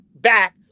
back